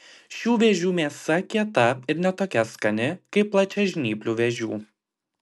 šių vėžių mėsa kieta ir ne tokia skani kaip plačiažnyplių vėžių